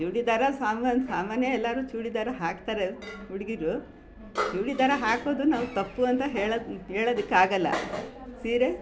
ಚೂಡಿದಾರ ಸಾಮಾನ್ಯ ಎಲ್ಲರೂ ಚೂಡಿದಾರ ಹಾಕ್ತಾರೆ ಹುಡುಗೀರು ಚೂಡಿದಾರ ಹಾಕೋದು ನಾವು ತಪ್ಪು ಅಂತ ಹೇಳೋಕ್ ಹೇಳೋದಕ್ ಆಗೋಲ್ಲ ಸೀರೆ